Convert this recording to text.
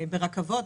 ברכבות,